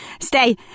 stay